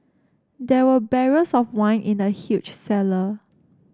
there were barrels of wine in the huge cellar